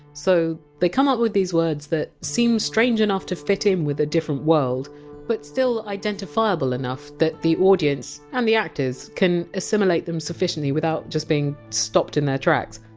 so they come up with these words that seem strange enough to fit in with a different world but still identifiable enough that the audience and the actors can assimilate them sufficiently without being stopped in their tracks.